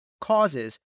causes